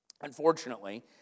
Unfortunately